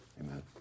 Amen